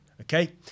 Okay